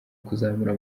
kuzamura